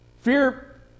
Fear